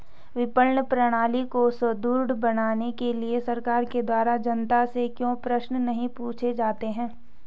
विपणन प्रणाली को सुदृढ़ बनाने के लिए सरकार के द्वारा जनता से क्यों प्रश्न नहीं पूछे जाते हैं?